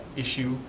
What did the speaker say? issue,